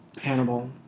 Hannibal